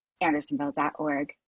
andersonville.org